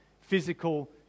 physical